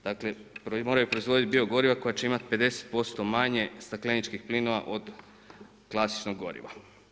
Dakle moraju proizvoditi bio goriva koja će imati 50% manje stakleničkih plinova od klasičnog goriva.